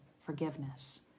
forgiveness